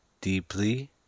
deeply